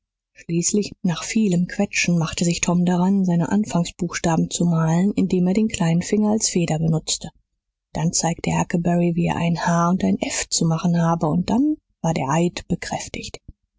schließlich nach vielem quetschen machte sich tom daran seine anfangsbuchstaben zu malen indem er den kleinen finger als feder benutzte dann zeigte er huckleberry wie er ein h und ein f zu machen habe und dann war der eid bekräftigt